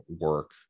work